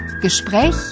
Gespräch